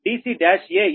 6 dc1a 20